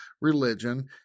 religion